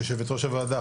יושבת ראש הוועדה,